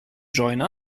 join